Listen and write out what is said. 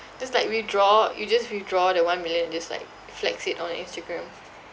just like withdraw you just withdraw the one million and just like flex it on Instagram